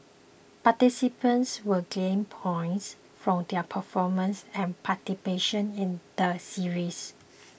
participants will gain points from their performance and participation in the series